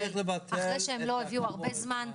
אחרי שהם לא העבירו הרבה זמן.